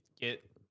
get